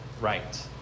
right